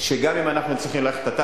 שגם אם נצטרך ללכת,